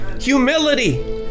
Humility